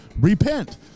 repent